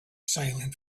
silent